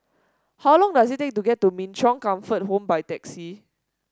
how long does it take to get to Min Chong Comfort Home by taxi